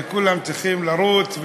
שכולם צריכים לרוץ,